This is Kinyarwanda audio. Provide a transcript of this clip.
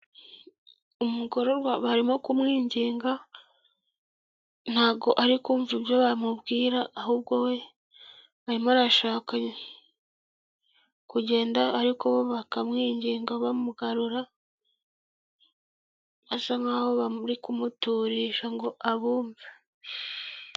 Umugorerwa barimo kumwinginga ntago ari kumva ibyo bamubwira, ahubwo we barimo arashaka kugenda ariko bo bakamwinginga bamugarura, asa nkaho bari kumuturiisha ngo abumve.